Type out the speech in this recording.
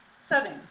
setting